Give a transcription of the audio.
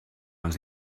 els